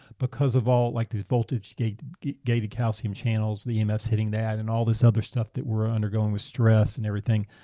because of all like the voltage gated gated calcium channels, the emfs hitting that and all this other stuff that we're undergoing with stress and everything,